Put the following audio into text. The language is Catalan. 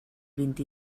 vint